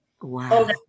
Wow